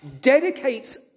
dedicates